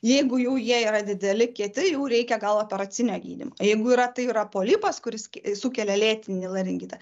jeigu jau jie yra dideli kieti jau reikia gal operacinio gydymo jeigu yra tai yra polipas kuris sukelia lėtinį laringitą